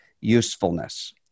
usefulness